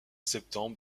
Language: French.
septembre